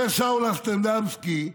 אומר שאול אמסטרדמסקי: